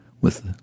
with